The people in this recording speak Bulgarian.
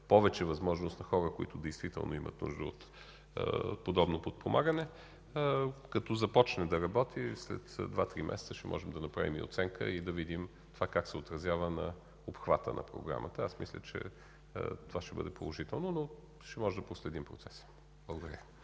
повече възможност на хора, които действително имат нужда от подобно подпомагане. Като започне да работи, след два-три месеца ще можем да направим и оценка и да видим това как се отразява на обхвата на програмата. Аз мисля, че това ще бъде положително, но ще можем да проследим процеса. Благодаря.